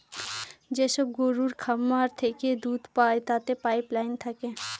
যেসব গরুর খামার থেকে দুধ পায় তাতে পাইপ লাইন থাকে